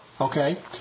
okay